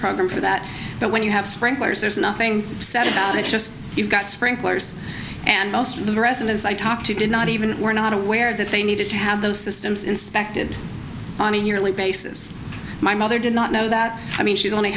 program for that but when you have sprinklers there's nothing said about it just got sprinklers and most of the residents i talked to did not even were not aware that they needed to have those systems inspected on a yearly basis my mother did not know that i mean she's only